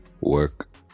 work